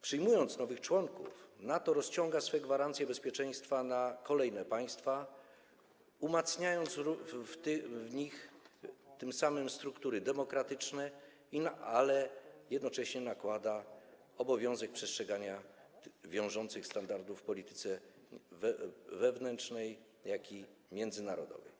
Przyjmując nowych członków, NATO rozciąga swe gwarancje bezpieczeństwa na kolejne państwa, umacniając w nich tym samym struktury demokratyczne, ale jednocześnie nakłada obowiązek przestrzegania wiążących standardów zarówno w polityce wewnętrznej, jak i międzynarodowej.